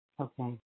Okay